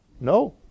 No